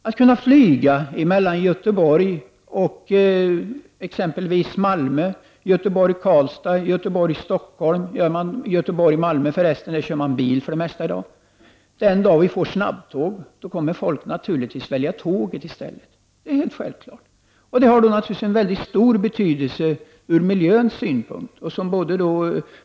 I dag flyger man exempelvis Göteborg-Karlstad och Göteborg-Stockholm. Sträckan Göteborg-Malmö kör man i dag för det mesta med bil. Den dag vi får snabbtåg kommer människor naturligtvis att i stället välja tåget. Det är helt självklart. Det har naturligtvis en mycket stor betydelse ur miljösynpunkt.